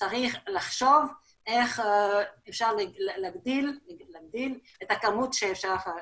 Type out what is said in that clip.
צריך לחשוב איך אפשר להגדיל את הכמות שאפשר למכור.